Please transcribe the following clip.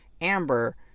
Amber